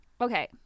Okay